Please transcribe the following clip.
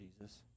Jesus